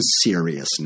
seriousness